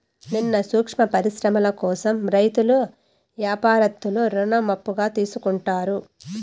సిన్న సూక్ష్మ పరిశ్రమల కోసం రైతులు యాపారత్తులు రుణం అప్పుగా తీసుకుంటారు